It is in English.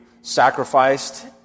sacrificed